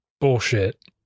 bullshit